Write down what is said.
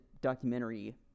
documentary